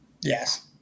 Yes